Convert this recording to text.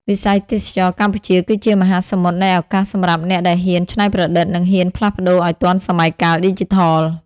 វិស័យទេសចរណ៍កម្ពុជាគឺជាមហាសមុទ្រនៃឱកាសសម្រាប់អ្នកដែលហ៊ានច្នៃប្រឌិត និងហ៊ានផ្លាស់ប្តូរឱ្យទាន់សម័យកាលឌីជីថល។